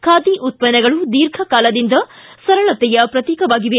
ಖಾದಿ ಉತ್ಪನ್ನಗಳು ದೀರ್ಘ ಕಾಲದಿಂದ ಸರಳತೆಯ ಪ್ರತೀಕವಾಗಿವೆ